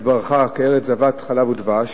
שהתברכה כארץ זבת חלב ודבש,